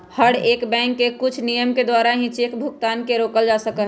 हर एक बैंक के कुछ नियम के द्वारा ही चेक भुगतान के रोकल जा सका हई